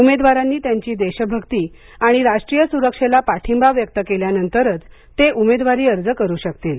उमेदवारांनी त्यांची देशभक्ती आणि राष्ट्रीय सुरक्षेला पाठिंबा व्यक्त केल्यानंतरच ते उमेदवारी अर्ज करु शकतील